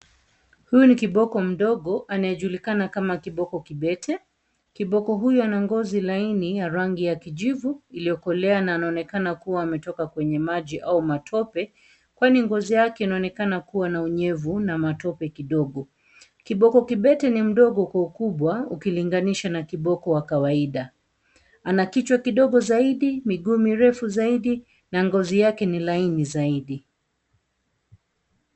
Huyu ni kiboko mdogo anyejulikana kama kiboko kibete. Kiboko huyu ana ngozi laini ya rangi ya kijivu iliyokolea na anaonekana kuwa ametoka kwenye maji au matope kwani ngozi yake inaonekana kuwa na unyevu na matope kidogo. Kiboko kibete ni mdogo kwa ukubwa ukilinganisha na kiboko wa kawaida, ana kichwa kidogo zaidi, miguu mirefu zaidi na ngozi yake ni laini zaidi.